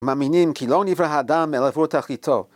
מאמינים כי לא נברא אדם אל עבור תחיטו.